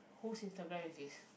whose instagram is this